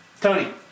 Tony